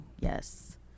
yes